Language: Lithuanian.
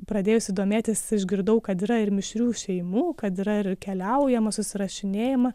pradėjusi domėtis išgirdau kad yra ir mišrių šeimų kad yra ir keliaujama susirašinėjama